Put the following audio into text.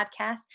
podcast